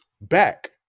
back